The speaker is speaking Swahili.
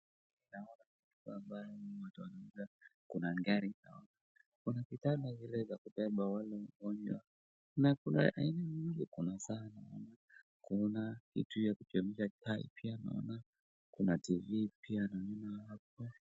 Naona ya kwamba ni mahali wametengeneza, kuna gari, kuna vitanda zile ya kubeba wale walioumia, na kuna aina nyingi, kuna saa naona, kitu ya kuchemsha chai pia naona, kuna TV pia naona.